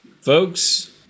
folks